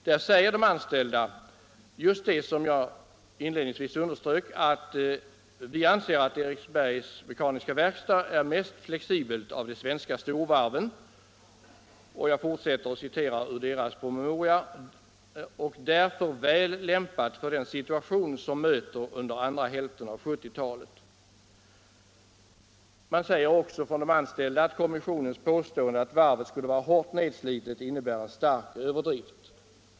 Där säger de anställda just vad jag inledningsvis underströk: ”Vi anser att Eriksbergs Mekaniska Verkstad är mest flexibelt av de svenska storvarven”. Man fortsätter med att säga att varvet därför är väl lämpat för den situation som möter under andra hälften av 1970-talet. Likaså säger de anställda att kommissionens påstående att varvet skulle vara hårt nedslitet innebär en stark överdrift.